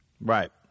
Right